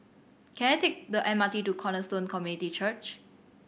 can I take the M R T to Cornerstone Community Church